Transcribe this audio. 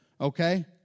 okay